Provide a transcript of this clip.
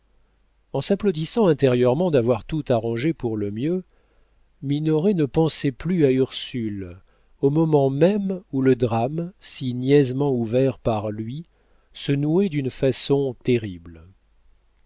en s'applaudissant intérieurement d'avoir tout arrangé pour le mieux minoret ne pensait plus à ursule au moment même où le drame si niaisement ouvert par lui se nouait d'une façon terrible